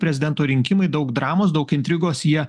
prezidento rinkimai daug dramos daug intrigos jie